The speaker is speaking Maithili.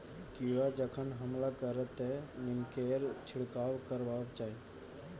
कीड़ा जखन हमला करतै तँ नीमकेर छिड़काव करबाक चाही